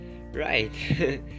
right